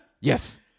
Yes